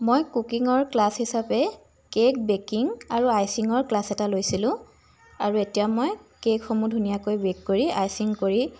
মই কুকিঙৰ ক্লাছ হিচাপে কে'ক বেকিং আৰু আইচিঙৰ ক্লাছ এটা লৈছিলোঁ আৰু এতিয়া মই কে'কসমূহ ধুনীয়াকৈ বে'ক কৰি আইচিং কৰি